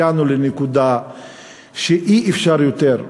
הגענו לנקודה שאי-אפשר יותר.